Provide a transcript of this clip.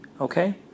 okay